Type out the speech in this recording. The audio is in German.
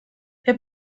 herr